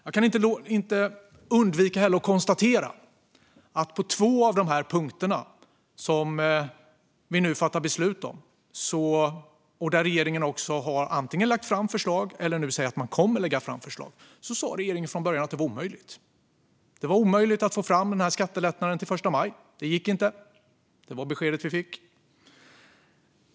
Jag kan inte heller låta bli att konstatera att regeringen på två av de punkter som vi nu fattar beslut om - punkter där regeringen antingen har lagt fram förslag eller säger att man kommer att lägga fram förslag - från början sa att det var omöjligt. Det var omöjligt att få till stånd en skattelättnad till 1 maj. Det gick inte. Det var det besked vi fick.